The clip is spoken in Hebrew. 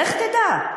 לך תדע.